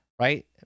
right